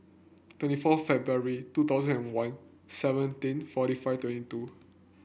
twenty fourth February two thousand and one seventeen forty five twenty two